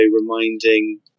reminding